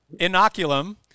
inoculum